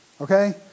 Okay